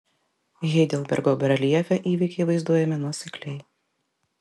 heidelbergo bareljefe įvykiai vaizduojami nuosekliai